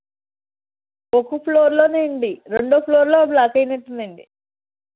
ఒక ఫ్లోర్లో అండి రెండో ఫ్లోర్లో బ్లాక్ అయినట్టు ఉందండి